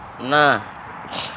Nah